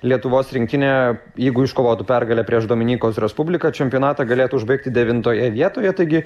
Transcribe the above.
lietuvos rinktinė jeigu iškovotų pergalę prieš dominikos respubliką čempionatą galėtų užbaigti devintoje vietoje taigi